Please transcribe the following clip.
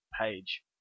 page